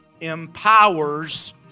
empowers